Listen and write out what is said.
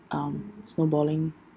um snowballing